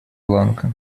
ланка